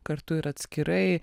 kartu ir atskirai